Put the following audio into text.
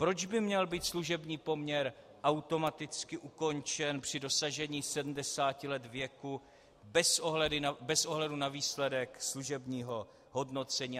Proč by měl být služební poměr automaticky ukončen při dosažení 70 let věku bez ohledu na výsledek služebního hodnocení atd.